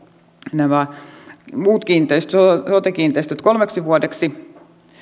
nämä sote kiinteistöt kolmeksi vuodeksi